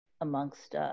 amongst